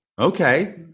Okay